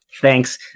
Thanks